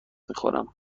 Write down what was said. میخورم